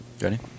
Ready